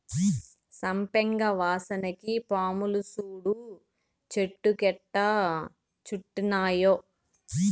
సంపెంగ వాసనకి పాములు సూడు చెట్టు కెట్టా సుట్టినాయో